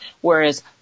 whereas